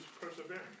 perseverance